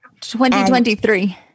2023